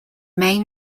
main